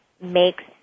makes